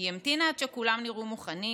היא המתינה עד שכולם נראו מוכנים,